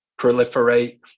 proliferate